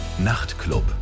Nachtclub